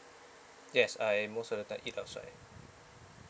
yes I most of the time eat outside